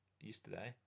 yesterday